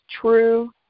true